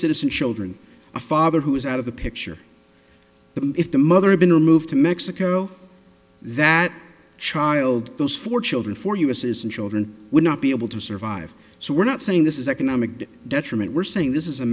citizen children a father who is out of the picture but if the mother had been removed to mexico that child those four children for us is and children would not be able to survive so we're not saying this is economic detriment we're saying this is a